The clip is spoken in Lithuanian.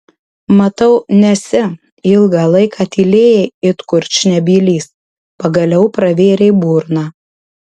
matau nesi ilgą laiką tylėjai it kurčnebylis pagaliau pravėrei burną